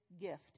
gift